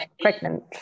pregnant